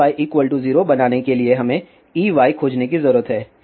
Ey 0 बनाने के लिए हमें Ey खोजने की जरूरत हैं